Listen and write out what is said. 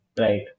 Right